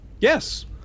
yes